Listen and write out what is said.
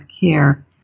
care